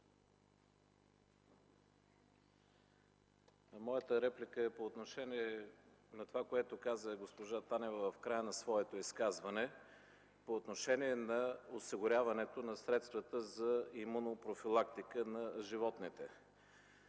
Моята реплика е по отношение на това, което каза госпожа Танева в края на своето изказване – за осигуряването на средствата за имунопрофилактика на животните.